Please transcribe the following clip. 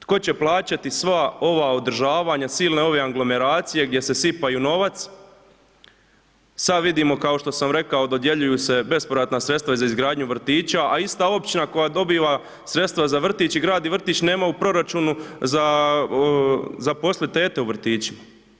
Tko će plaćati sva ova održavanja, silne ove aglomeracije gdje se sipaju novac, sad vidimo kao što sam rekao, dodjeljuju se bespovratna sredstva za izgradnju vrtića, a ista općina koja dobiva sredstva za vrtić i gradi vrtić i gradi vrtić nema u proračunu za zaposlit tete u vrtićima.